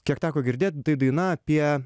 kiek teko girdėt tai daina apie